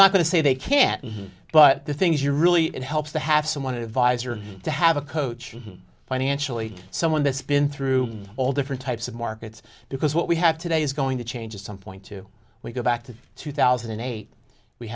not going to say they can't but the things you're really it helps to have someone advisor to have a coach financially someone that's been through all different types of markets because what we have today is going to change at some point to we go back to two thousand and eight we